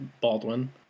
Baldwin